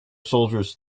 soldiers